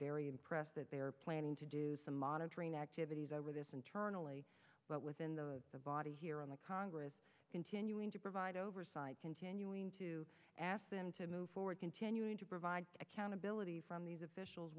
very impressed that they are planning to do some monitoring activities over this internally but within the body here in the congress continuing to provide oversight continuing to ask them to move forward continuing to provide accountability from these officials